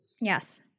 Yes